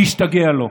להשתגע לא.